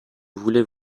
voulais